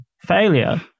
failure